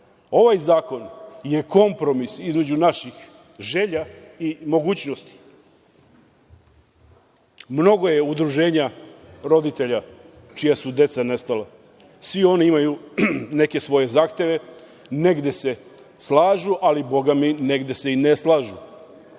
Ovaj zakon je kompromis između naših želja i mogućnosti. Mnogo je udruženja roditelja čija su deca nestala, svi oni imaju neke svoje zahteve, negde se slažu, ali boga mi negde se i ne slažu.